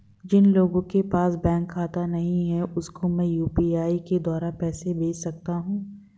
जिन लोगों के पास बैंक खाता नहीं है उसको मैं यू.पी.आई के द्वारा पैसे भेज सकता हूं?